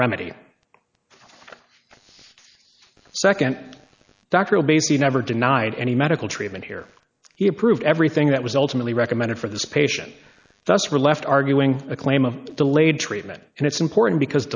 remedy nd doctoral basically never denied any medical treatment here he approved everything that was ultimately recommended for this patient that's released arguing a claim of delayed treatment and it's important because